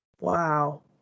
Wow